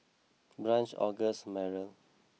Branch August Myrl